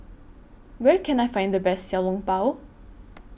Where Can I Find The Best Xiao Long Bao